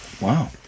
Wow